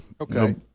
Okay